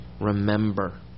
remember